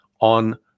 on